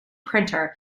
printer